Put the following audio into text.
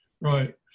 Right